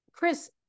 Chris